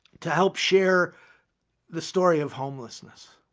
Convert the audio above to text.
to help share the story of homelessness.